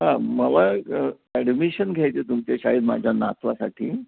हां मला ॲडमिशन घ्यायची तुमच्या शाळेत माझ्या नातवासाठी